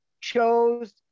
chose